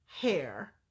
Hair